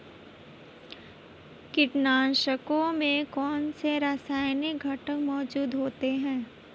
कीटनाशकों में कौनसे रासायनिक घटक मौजूद होते हैं?